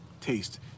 taste